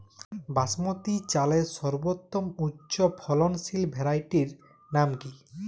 বাসমতী চালের সর্বোত্তম উচ্চ ফলনশীল ভ্যারাইটির নাম কি?